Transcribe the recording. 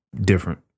different